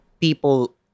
people